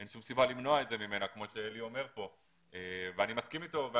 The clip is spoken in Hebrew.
אין שום סיבה למנוע את זה ממנה כמו שאלי אומר כאן ואני מסכים אתו.